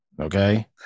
Okay